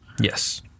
Yes